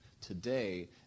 today